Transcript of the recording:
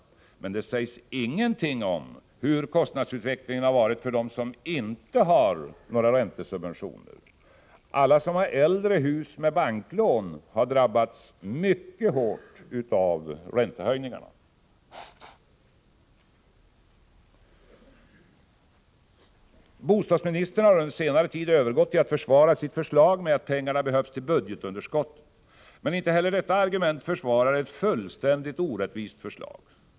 Men det sägs ingenting om hur kostnadsutvecklingen har varit för dem som inte har några räntesubventioner. Alla som har äldre hus med banklån har drabbats mycket hårt av räntehöjningarna. Bostadsministern har under senare tid övergått till att försvara sitt förslag med att pengarna behövs för att minska budgetunderskottet. Men inte heller detta argument försvarar ett fullständigt orättvist förslag.